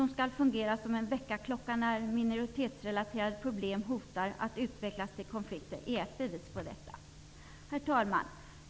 Han skall fungera som en väckarklocka när minoritetsrelaterade problem hotar att utvecklas till konflikter. Herr talman!